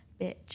bitch